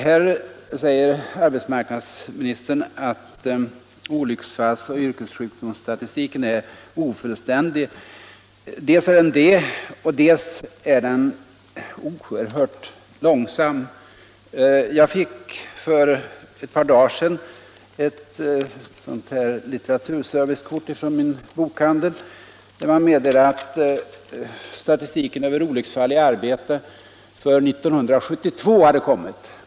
Här säger arbetsmarknadsministern att olycksfallsoch yrkessjukdomsstatistiken är ofullständig. Dels är den det och dels går det oerhört långsamt att få fram den. Jag fick för ett par dagar sedan ett litteraturservicekort från min bokhandel, där man meddelade att statistiken över olycksfall i arbete för 1972 hade kommit.